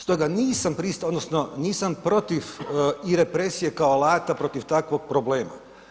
Stoga nisam, ... odnosno nisam protiv i represije kao alata protiv takvog problema.